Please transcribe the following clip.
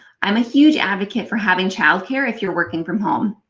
i'm a huge advocate for having childcare if you're working from home.